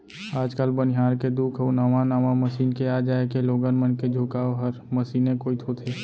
आज काल बनिहार के दुख अउ नावा नावा मसीन के आ जाए के लोगन मन के झुकाव हर मसीने कोइत होथे